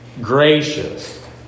gracious